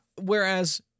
whereas